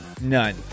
None